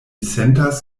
sentas